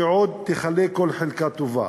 שעוד תכלה כל חלקה טובה